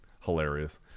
hilarious